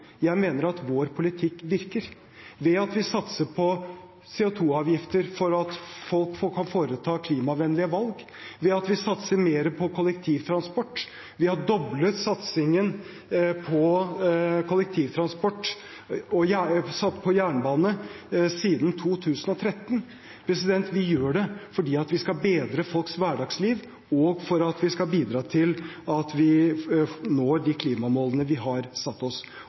Jeg mener at vår politikk virker – ved at vi satser på CO 2 -avgifter for at folk kan foreta klimavennlige valg, ved at vi satser mer på kollektivtransport. Vi har doblet satsingen på kollektivtransport og jernbane siden 2013. Vi gjør det fordi vi skal bedre folks hverdagsliv, og for at vi skal bidra til at vi når de klimamålene vi har satt oss.